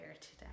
today